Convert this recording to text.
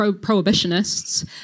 prohibitionists